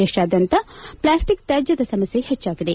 ದೇಶಾದ್ಯಂತ ಪ್ಲಾಸ್ಟಿಕ್ ತ್ಯಾಜ್ಯದ ಸಮಸ್ಕೆ ಹೆಚ್ಚಾಗಿದೆ